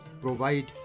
provide